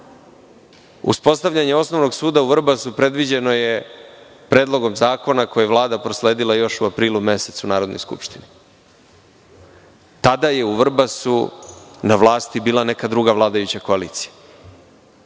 uspostavljanje osnovnog suda u Vrbasu predviđeno je predlogom zakona koji je Vlada prosledila još u aprilu mesecu Narodnoj skupštini. Tada je u Vrbasu na vlasti bila neka druga vladajuća koalicija.